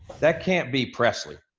that can't be presley.